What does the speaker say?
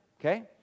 okay